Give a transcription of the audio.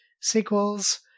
sequels